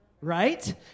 right